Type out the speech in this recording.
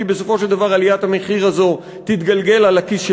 כי בסופו של דבר עליית המחיר הזו תתגלגל אל הכיס שלנו,